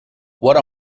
what